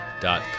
dot